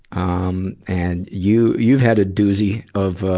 um and you, you've had a doozy of a,